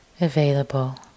available